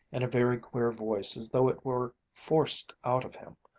in a very queer voice as though it were forced out of him,